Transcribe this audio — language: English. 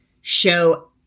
show